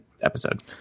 episode